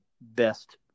best